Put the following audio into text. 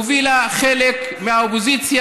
הובילה חלק מהאופוזיציה,